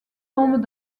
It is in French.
tombent